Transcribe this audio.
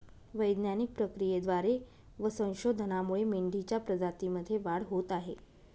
वैज्ञानिक प्रक्रियेद्वारे व संशोधनामुळे मेंढीच्या प्रजातीमध्ये वाढ होत आहे